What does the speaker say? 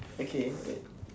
okay wait